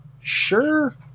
sure